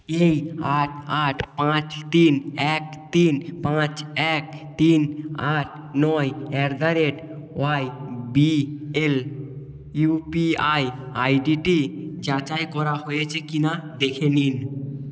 এই আট আট পাঁচ তিন এক তিন পাঁচ এক তিন আট নয় at the rate Y B L UPI আইডিটি যাচাই করা হয়েছে কি না দেখে নিন